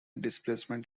displacement